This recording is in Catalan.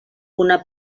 una